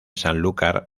sanlúcar